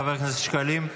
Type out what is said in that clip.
חבר הכנסת שקלים.